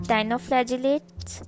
Dinoflagellates